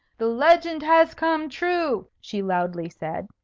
the legend has come true! she loudly said.